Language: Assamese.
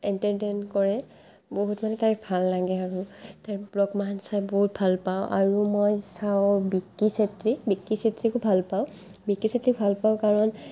এণ্টাৰটেইন কৰে বহুত মানে তাইক ভাল লাগে আৰু তাইৰ ব্লগ মানে চাই বহুত ভাল পাওঁ আৰু মই চাওঁ বিকি চেত্ৰী বিকি চেত্ৰীকো ভাল পাওঁ বিকি চেত্ৰীক ভাল পাওঁ কাৰণ